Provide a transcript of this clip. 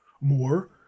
More